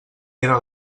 era